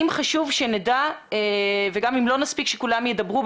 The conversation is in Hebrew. אם חשוב שנדע וגם אם לא נספיק שכולם ידברו,